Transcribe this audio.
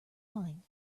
lined